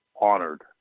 honored